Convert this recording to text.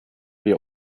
wir